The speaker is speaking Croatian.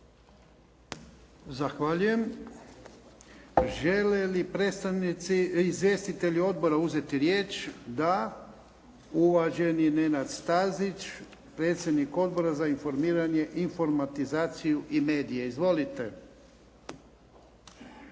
Zahvaljujem. Žele li izvjestitelji odbora uzeti riječ? Da. Uvaženi Nenad Stazić, predsjednik Odbora za informiranje, informatizaciju i medije. Izvolite.